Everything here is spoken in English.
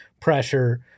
pressure